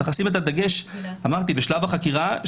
צריך לשים את הדגש בשלב החקירה,